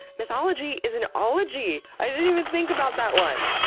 mythology is an ology i didn't even think about that one!